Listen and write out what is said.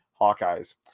Hawkeyes